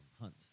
Hunt